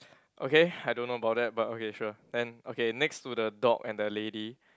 okay I don't know about that but okay sure then okay next to the dog and the lady